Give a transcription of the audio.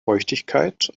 feuchtigkeit